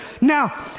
now